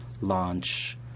launch